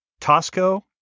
Tosco